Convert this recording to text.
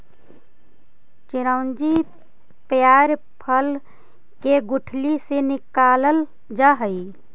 चिरौंजी पयार फल के गुठली से निकालल जा हई